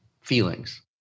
Feelings